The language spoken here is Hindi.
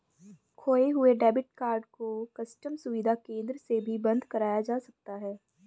खोये हुए डेबिट कार्ड को कस्टम सुविधा केंद्र से भी बंद कराया जा सकता है